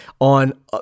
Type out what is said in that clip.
on